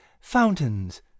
fountains